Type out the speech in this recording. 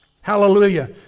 Hallelujah